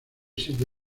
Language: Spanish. siete